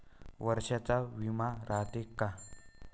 वर्षाचा बिमा रायते का?